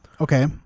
Okay